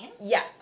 Yes